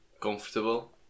comfortable